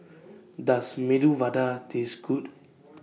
Does Medu Vada Taste Good